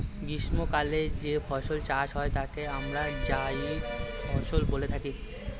গ্রীষ্মকালে যে ফসল চাষ হয় তাকে আমরা জায়িদ ফসল বলে থাকি